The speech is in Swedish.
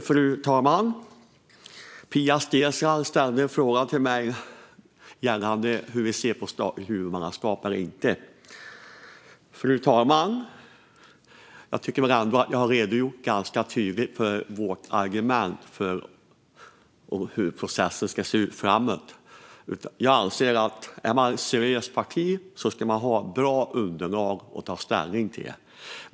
Fru talman! Pia Steensland ställde en fråga till mig gällande hur vi ser på frågan om statligt huvudmannaskap. Jag tycker väl ändå att jag har redogjort ganska tydligt för vårt argument för hur processen ska se ut framöver. Jag anser att ett seriöst parti ska ha bra underlag att ta ställning till.